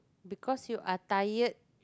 because you are tired